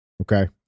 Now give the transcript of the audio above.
Okay